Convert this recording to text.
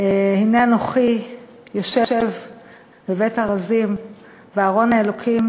הנה אנכי יושב בבית ארזים וארון האלוקים